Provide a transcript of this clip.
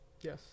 Yes